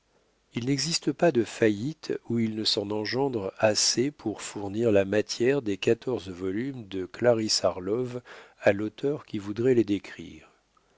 il n'existe pas de faillite où il ne s'en engendre assez pour fournir la matière des quatorze volumes de clarisse harlove à l'auteur qui voudrait les décrire